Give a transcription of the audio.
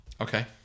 Okay